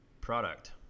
product